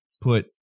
put